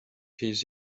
his